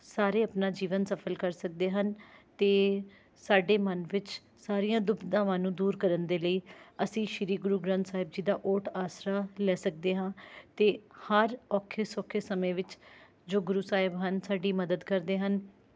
ਸਾਰੇ ਆਪਣਾ ਜੀਵਨ ਸਫ਼ਲ ਕਰ ਸਕਦੇ ਹਨ ਅਤੇ ਸਾਡੇ ਮਨ ਵਿੱਚ ਸਾਰੀਆਂ ਦੁਵਿਧਾਵਾਂ ਨੂੰ ਦੂਰ ਕਰਨ ਦੇ ਲਈ ਅਸੀਂ ਸ੍ਰੀ ਗੁਰੂ ਗ੍ਰੰਥ ਸਾਹਿਬ ਜੀ ਦਾ ਓਟ ਆਸਰਾ ਲੈ ਸਕਦੇ ਹਾਂ ਅਤੇ ਹਰ ਔਖੇ ਸੌਖੇ ਸਮੇਂ ਵਿੱਚ ਜੋ ਗੁਰੂ ਸਾਹਿਬ ਹਨ ਸਾਡੀ ਮਦਦ ਕਰਦੇ ਹਨ